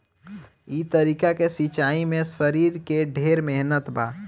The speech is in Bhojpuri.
ई तरीका के सिंचाई में शरीर के ढेर मेहनत बा